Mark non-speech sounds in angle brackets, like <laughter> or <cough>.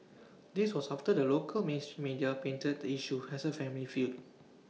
this was after the local <unintelligible> media painted the issue as A family feud